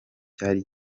ntakundi